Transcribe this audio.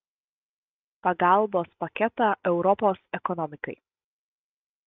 pagalbos paketą europos ekonomikai